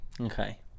okay